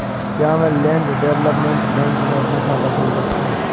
क्या मैं land development bank में अपना खाता खोल सकता हूँ?